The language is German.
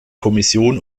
kommission